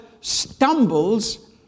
stumbles